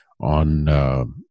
on